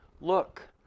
look